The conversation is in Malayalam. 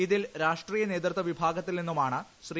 ഇതിൽ രാഷ്ട്രീയ നേതൃത്വ വിഭാഗത്തിൽ ന്നിന്നുമാണ് ശ്രീ